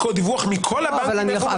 דיווח מכל הבנקים איפה הוא מחזיק חשבונות?